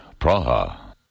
Praha